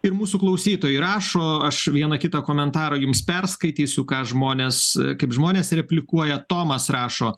ir mūsų klausytojai rašo aš vieną kitą komentarą jums perskaitysiu ką žmonės kaip žmonės replikuoja tomas rašo